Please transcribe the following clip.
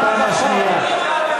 אני קורא אותך לסדר בפעם השנייה.